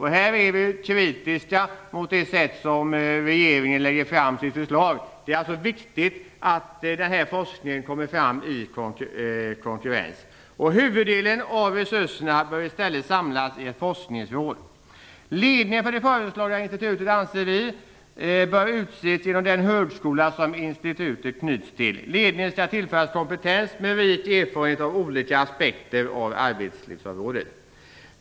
Här är vi kritiska mot det sätt på vilket regeringen lägger fram sitt förslag. Det är alltså viktigt att den här forskningen kommer fram i konkurrens. Huvuddelen av resurserna bör i stället samlas i ett forskningsråd. Ledningen för det föreslagna institutet bör, anser vi, utses genom den högskola som institutet knyts till. Ledningen skall tillföras kompetens med rik erfarenhet av olika aspekter på arbetslivsområdet.